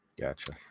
Gotcha